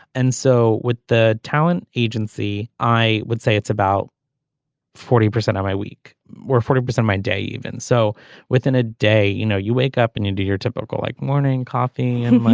and so with the talent agency i would say it's about forty percent of my week where forty percent my day even so within a day you know you wake up and you do your typical like morning coffee and